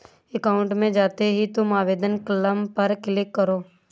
account में जाते ही तुम आवेदन कॉलम पर क्लिक करो